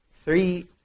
Three